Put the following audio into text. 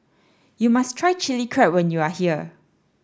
you must try Chili Crab when you are here